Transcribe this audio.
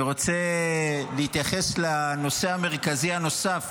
אני רוצה להתייחס לנושא המרכזי הנוסף,